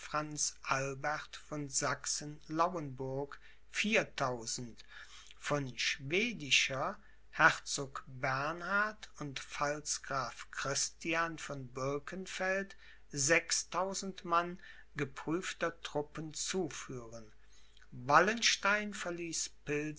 albert von sachsen lauenburg viertausend von schwedischer herzog bernhard und pfalzgraf christian von birkenfeld sechstausend mann geprüfter truppen zuführen wallenstein verließ